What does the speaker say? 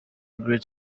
great